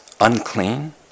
unclean